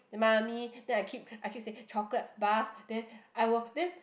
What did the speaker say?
the Mummy then I keep I keep saying chocolate bars then I will then